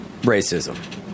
racism